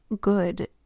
good